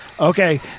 Okay